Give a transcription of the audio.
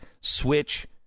Switch